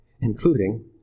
including